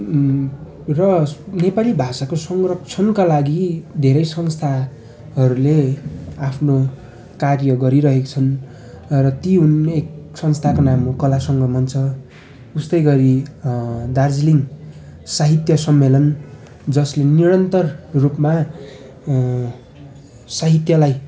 र नेपाली भाषाको संरक्षणका लागि धेरै संस्थाहरूले आफ्नो कार्य गरिरहेका छन् र ती हुन एक संस्थाको नाम हो कला सङ्गम मञ्च उस्तै गरी दार्जिलिङ साहित्य सम्मेलन जसले निरन्तर रूपमा साहित्यलाई